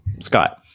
Scott